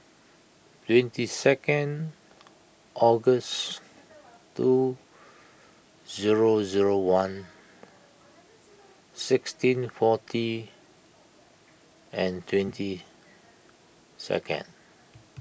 twenty second August two zero zero one sixteen forty and twenty second